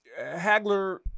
Hagler